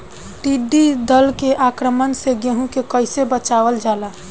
टिडी दल के आक्रमण से गेहूँ के कइसे बचावल जाला?